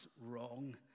wrong